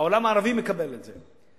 העולם הערבי מקבל את זה.